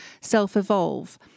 self-evolve